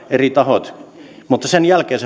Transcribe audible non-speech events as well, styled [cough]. eri tahoilta ja sen jälkeen [unintelligible]